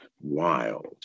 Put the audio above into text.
wild